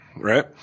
Right